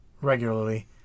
regularly